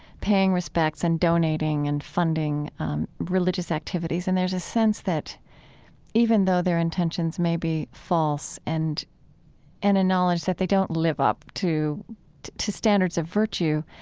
paying respects and donating and funding religious activities. and there's a sense that even though their intentions maybe false and and a knowledge that they don't live up to to standards of virtue,